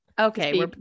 Okay